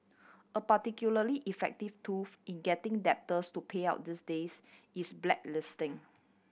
a particularly effective tool in getting debtors to pay out these days is blacklisting